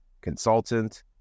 consultant